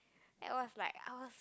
that was like I was